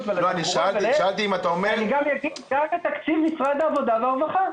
והתחבורה וגם לתקציב משרד העבודה והרווחה.